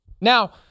Now